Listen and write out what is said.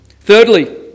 Thirdly